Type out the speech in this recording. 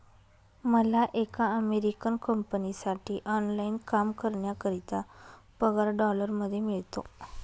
मला एका अमेरिकन कंपनीसाठी ऑनलाइन काम करण्याकरिता पगार डॉलर मध्ये मिळतो